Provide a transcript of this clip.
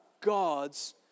gods